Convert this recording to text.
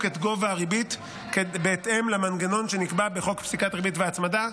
את גובה הריבית בהתאם למנגנון שנקבע בחוק פסיקת ריבית והצמדה,